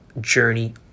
journey